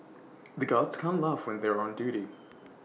the guards can't laugh when they are on duty